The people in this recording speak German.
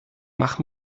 mach